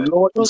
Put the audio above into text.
Lord